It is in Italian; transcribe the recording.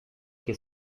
che